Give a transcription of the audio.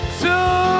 Two